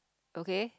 okay